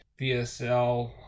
VSL